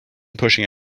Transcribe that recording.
pushing